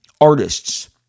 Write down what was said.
artists